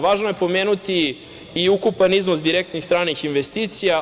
Važno je i pomenuti i ukupan iznos direktnih stranih investicija.